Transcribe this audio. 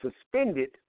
suspended